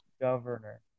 governor